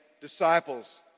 disciples